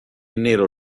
nero